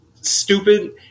stupid